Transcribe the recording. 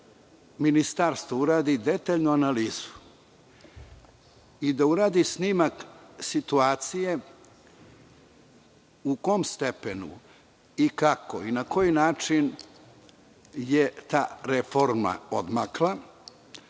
da ministarstvo uradi detaljnu analizu i da uradi snimak situacije u kom stepenu, kako i na koji način je ta reforma odmakla.